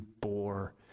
bore